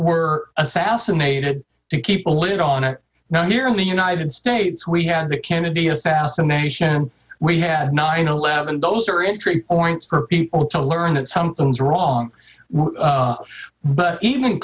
were assassinated to keep a lid on it now here in the united states we had to kennedy assassination and we had nine eleven those are in tree points for people to learn that something's wrong but even